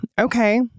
okay